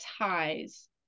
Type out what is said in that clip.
ties